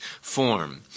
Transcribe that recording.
form